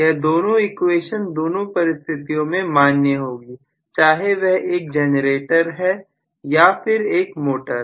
यह दोनों इक्वेशन दोनों परिस्थितियों में मान्य होगी चाहे वह एक जनरेटर है या फिर एक मोटर